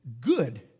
good